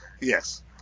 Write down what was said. Yes